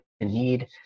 need